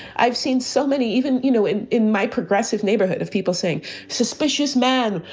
i've seen so many, even you know in in my progressive neighborhood of people saying suspicious man,